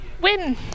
win